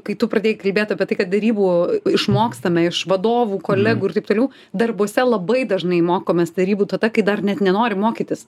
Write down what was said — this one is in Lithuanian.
kai tu pradėjai kalbėt apie tai kad derybų išmokstame iš vadovų kolegų ir taip toliau darbuose labai dažnai mokomės derybų tada kai dar net nenorim mokytis